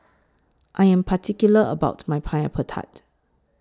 I Am particular about My Pineapple Tart